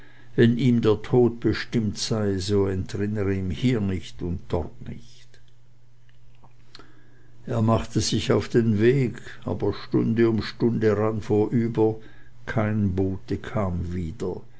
wenn ihm der tod bestimmt sei so entrinne er ihm hier nicht und dort nicht er machte sich auf den weg aber stunde um stunde rann vorüber kein bote kam wieder